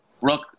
Rook